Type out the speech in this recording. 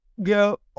go